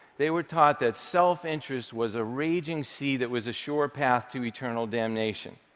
they were taught that self-interest was a raging sea that was a sure path to eternal damnation.